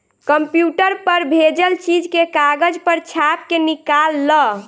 computer पर भेजल चीज के कागज पर छाप के निकाल ल